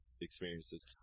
experiences